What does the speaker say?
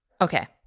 Okay